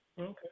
okay